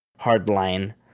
Hardline